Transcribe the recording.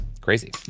Crazy